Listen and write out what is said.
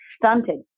stunted